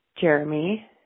Jeremy